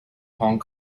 hong